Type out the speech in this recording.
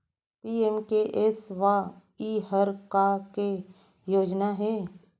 PMKSY हर का के योजना हे?